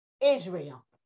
Israel